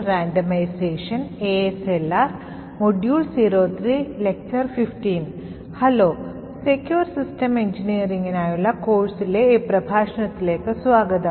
hello secure systems എഞ്ചിനീയറിംഗിനായുള്ള കോഴ്സിലെ ഈ പ്രഭാഷണത്തിലേക്ക് സ്വാഗതം